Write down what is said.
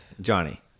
johnny